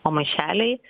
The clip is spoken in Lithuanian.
o maišeliai